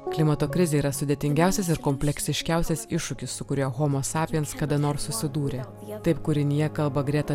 klimato krizė yra sudėtingiausias ir kompleksiškiausias iššūkis su kuriuo homo sapiens kada nors susidūrė taip kūrinyje kalba greta